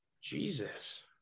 Jesus